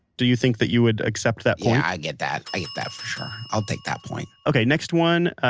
do you think that you would accept that point? yeah. i get that. i get that for sure. i'll take that point okay. next one,